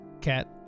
cat